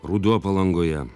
ruduo palangoje